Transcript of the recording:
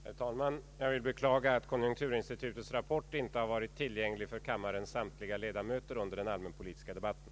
Herr talman! Jag vill beklaga att konjunkturinstitutets rapport inte har varit tillgänglig för kammarens samtliga ledamöter under den allmänpolitiska debatten.